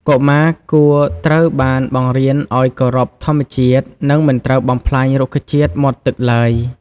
កុមារគួរត្រូវបានបង្រៀនឱ្យ គោរពធម្មជាតិ និងមិនត្រូវបំផ្លាញរុក្ខជាតិមាត់ទឹកឡើយ។